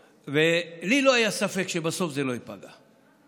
לי לא היה ספק שבסוף זה לא ייפגע.